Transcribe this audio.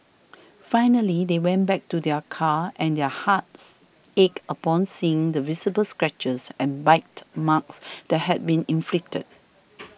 finally they went back to their car and their hearts ached upon seeing the visible scratches and bite marks that had been inflicted